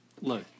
Look